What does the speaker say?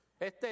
Este